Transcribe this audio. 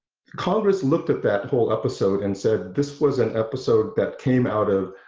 congress looked at that whole episode and said this was an episode that came out of